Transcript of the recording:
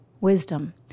wisdom